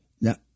Now